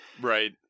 Right